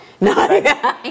no